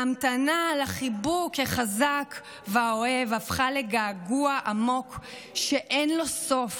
ההמתנה לחיבוק החזק והאוהב הפכה לגעגוע עמוק שאין לו סוף.